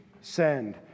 send